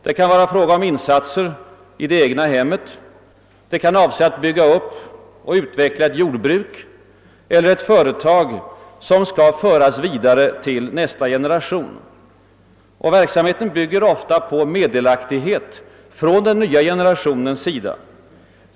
Det kan vara fråga om insatser i det egna hemmet, det kan vara fråga om insatser som avser att bygga upp och utveckla ett jordbruk eller ett företag som skall föras vidare till nästa generation. Och verksamheten bygger ofta på meddelaktighet från den nya generationens sida.